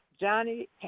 Johnny